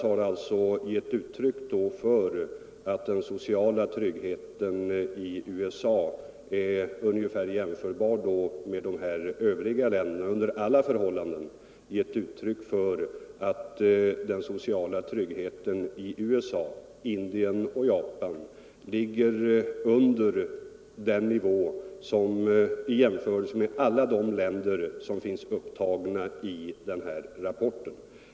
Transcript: Herr af Ugglas har alltså under alla förhållanden gett uttryck för att den sociala tryggheten ligger på en lägre nivå i USA, Indien och Japan än i alla de länder som finns upptagna i den här rapporten.